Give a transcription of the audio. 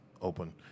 open